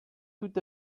tout